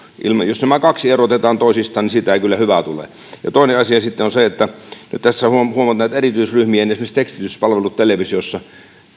jos nämä kaksi erotetaan toisistaan niin siitä ei kyllä hyvä tule toinen asia sitten on se että nyt tässä huomataan näiden erityisryhmien esimerkiksi tekstityspalvelut televisiossa